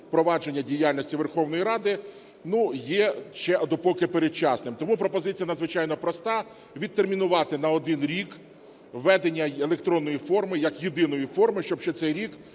провадження діяльності Верховної Ради, ну, є ще допоки передчасним. Тому пропозиція надзвичайно проста: відтермінувати на один рік введення електронної форми як єдиної форми, щоб ще цей рік